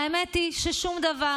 האמת היא ששום דבר,